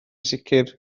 sicr